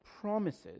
promises